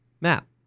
map